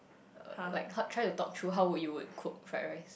a like how try to talk through how would you would cook fried rice